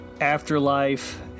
afterlife